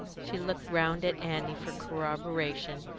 she looked round at annie for corroboration,